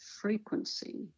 frequency